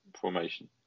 formation